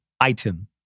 item